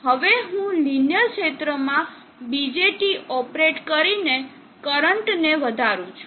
હવે હું લીનીઅર ક્ષેત્રમાં BJT ઓપરેટ કરીને કરંટને વધારું છું